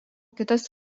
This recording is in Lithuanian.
kitas